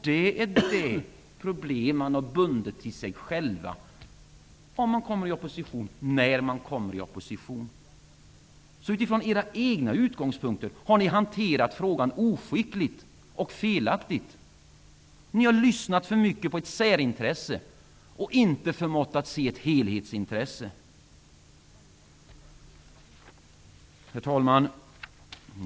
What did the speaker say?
Det är det problem som man har bundit sig vid och som man möter om/när man kommer i opposition. Från er egen utgångspunkt har ni alltså hanterat frågan oskickligt och felaktigt. Ni har lyssnat för mycket till ett särintresse och inte förmått att se till helheten. Herr talman!